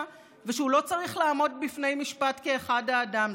ושהוא לא צריך לעמוד בפני משפט כאחד האדם.